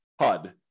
HUD